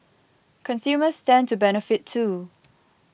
consumers stand to benefit too